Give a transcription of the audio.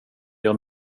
gör